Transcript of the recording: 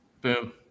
Boom